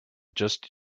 just